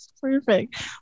Perfect